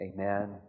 Amen